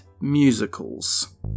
musicals